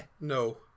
No